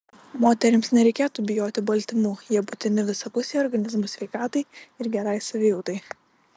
moterims nereikėtų bijoti baltymų jie būtini visapusei organizmo sveikatai ir gerai savijautai